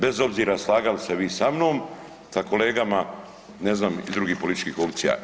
Bez obzira slagali se vi sa mnom, sa kolegama ne znam iz drugih političkih opcija.